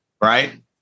Right